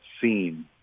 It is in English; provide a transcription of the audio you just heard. seen